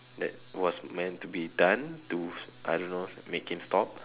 that was meant to be done to I don't know make him stop